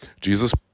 Jesus